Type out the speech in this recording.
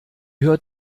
hört